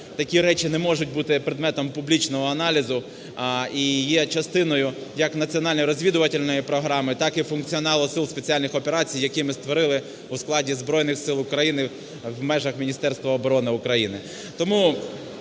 такі речі не можуть бути предметом публічного аналізу і є частиною як Національної розвідувальної програми, так і функціоналу сил спеціальних операцій, які ми створили у складі Збройних Сил України в межах Міністерства оборони України.